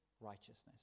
righteousness